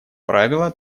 правило